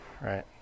right